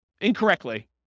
incorrectly